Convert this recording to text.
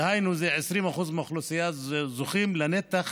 דהיינו, 20% מהאוכלוסייה זוכים לנתח